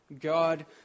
God